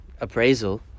appraisal